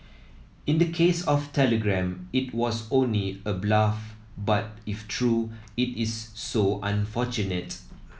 in the case of Telegram it was only a bluff but if true it is so unfortunate